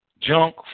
Junk